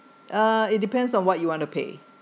uh it depends on what you want to pay